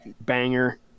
Banger